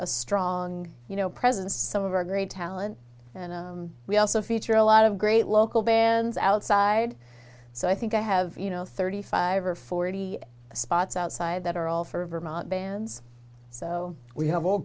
a strong you know presence some of our great talent and we also feature a lot of great local bands outside so i think i have you know thirty five or forty spots outside that are all for vermont bands so we have all